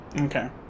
okay